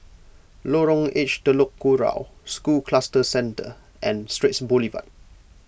Lorong H Telok Kurau School Cluster Centre and Straits Boulevard